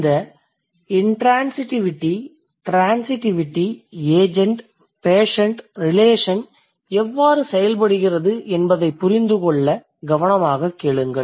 இந்த intransitivity transitivity agent patient relation எவ்வாறு செயல்படுகிறது என்பதைப் புரிந்து கொள்ள கவனமாகக் கேளுங்கள்